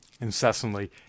incessantly